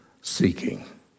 seeking